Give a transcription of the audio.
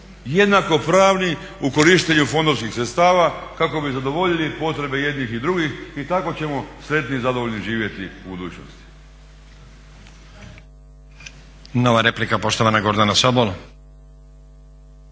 jednako pravni u korištenju fondovskih sredstava kako bi zadovoljili potrebe jednih i drugih i tako ćemo sretni i zadovoljni živjeti u budućnosti.